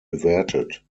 bewertet